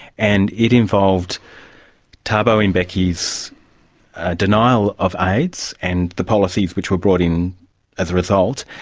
and it involved thabo and mbeki's denial of aids and the policies which were brought in as a result,